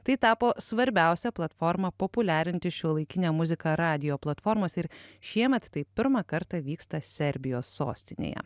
tai tapo svarbiausia platforma populiarinti šiuolaikinę muziką radijo platformose ir šiemet tai pirmą kartą vyksta serbijos sostinėje